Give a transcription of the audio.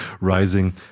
rising